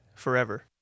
forever